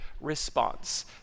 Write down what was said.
response